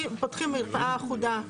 לכן פותחים מרפאה אחודה.